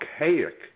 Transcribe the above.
archaic